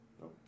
no